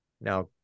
Now